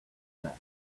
less